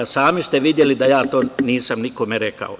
Sami ste videli da to nisam nikome rekao.